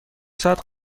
ساعت